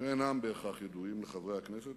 שאינם בהכרח ידועים לחברי הכנסת,